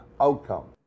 outcome